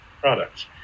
products